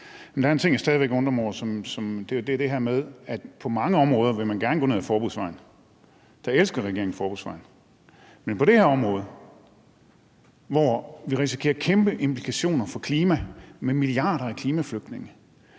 Der er en ting, jeg stadig væk undrer mig over. Det er det her med, at man på mange områder gerne vil gå ned ad forbudsvejen – der elsker regeringen forbudsvejen – men ikke på det her område. Vi risikerer kæmpe implikationer for klimaet med milliarder af klimaflygtninge,